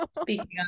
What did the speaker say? Speaking